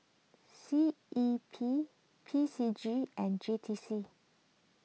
C E P P C G and J T C